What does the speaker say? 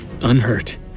unhurt